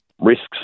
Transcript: risks